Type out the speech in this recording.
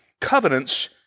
Covenants